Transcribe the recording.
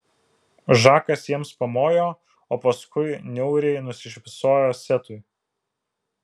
žakas jiems pamojo o paskui niauriai nusišypsojo setui